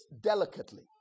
delicately